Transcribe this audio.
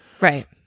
Right